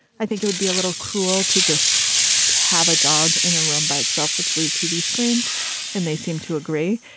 i think it would be a little cruel to just have a dog in a room by itself with three tv screens and they seem to agree.